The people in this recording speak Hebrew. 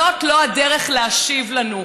לא זו הדרך להשיב לנו.